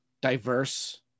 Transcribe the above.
diverse